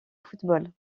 football